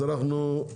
אז אנחנו,